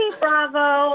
Bravo